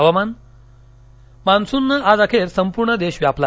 हवामान मान्सूननं आज अखेर संपूर्ण देश व्यापला